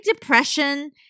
depression